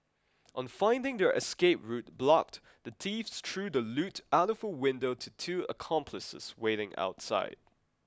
on finding their escape route blocked the thieves threw the loot out of a window to two accomplices waiting outside